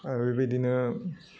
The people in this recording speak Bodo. आर बेबायदिनो